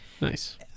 Nice